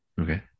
Okay